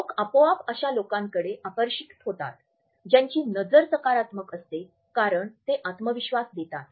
लोक आपोआप अशा लोकांकडे आकर्षित होतात ज्यांची नजर सकारात्मक असते कारण ते आत्मविश्वास देतात